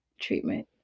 treatment